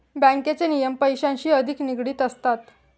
बँकेचे नियम पैशांशी अधिक निगडित असतात